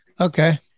Okay